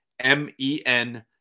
m-e-n